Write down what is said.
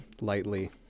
lightly